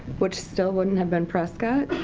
which still wouldn't have been prescott.